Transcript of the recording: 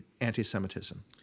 anti-Semitism